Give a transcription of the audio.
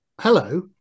hello